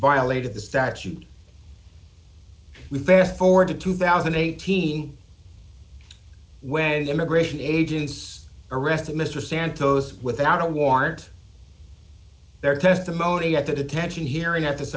violated the statute we fast forward to two thousand and eighteen when immigration agents arrested mr santos without a warrant their testimony at the detention hearing at th